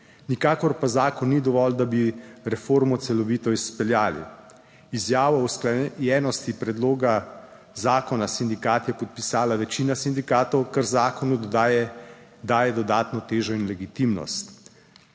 Nikakor pa zakon ni dovolj, da bi reformo celovito izpeljali. Izjavo o usklajenosti predloga zakona sindikat je podpisala večina sindikatov, kar zakon daje dodatno težo in legitimnost.